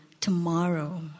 tomorrow